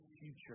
future